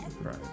Right